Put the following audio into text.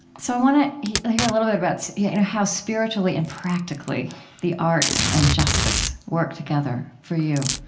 so i want to hear hear a little bit about yeah you know how spiritually and practically the arts and justice work together for you